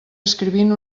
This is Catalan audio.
escrivint